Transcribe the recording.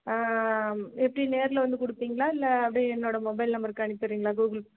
எப்படி நேரில் வந்து கொடுப்பீங்களா இல்லை அப்படி என்னோட மொபைல் நம்பருக்கு அனுப்பிடுறீங்களா கூகுள்